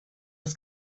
das